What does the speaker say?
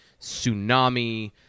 tsunami